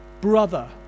brother